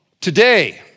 Today